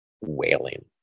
wailing